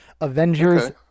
Avengers